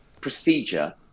procedure